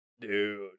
Dude